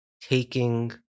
taking